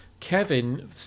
Kevin